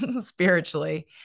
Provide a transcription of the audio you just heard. spiritually